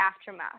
aftermath